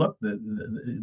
look